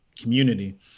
community